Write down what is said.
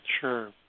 sure